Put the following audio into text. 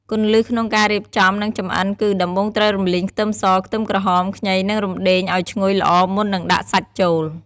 គន្លឹះក្នុងការរៀបចំ និងចម្អិនគឺ ដំបូងត្រូវរំលីងខ្ទឹមស ខ្ទឹមក្រហម ខ្ញី និងរុំដេង ឱ្យឈ្ងុយល្អមុននឹងដាក់សាច់ចូល។